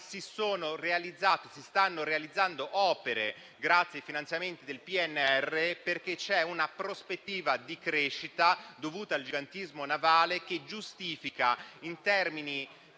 si stanno realizzando opere, grazie ai finanziamenti del PNRR, perché c'è una prospettiva di crescita dovuta al gigantesco navale che giustifica - in termini